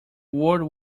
world